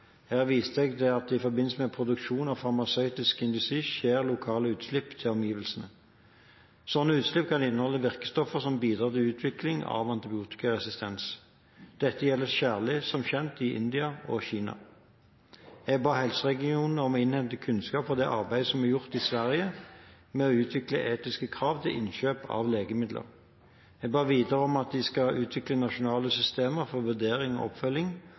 jeg til at det i forbindelse med produksjon i farmasøytisk industri skjer lokale utslipp til omgivelsene. Slike utslipp kan inneholde virkestoffer som bidrar til utvikling av antibiotikaresistens. Dette gjelder særlig som kjent i India og Kina. Jeg ba helseregionene om å innhente kunnskap fra det arbeidet som er gjort i Sverige med å utvikle etiske krav til innkjøp av legemidler. Jeg ba videre om at de skal utvikle nasjonale systemer for vurdering og oppfølging